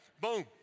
Boom